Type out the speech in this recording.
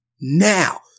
now